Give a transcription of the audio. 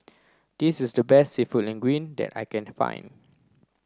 this is the best Seafood Linguine that I can find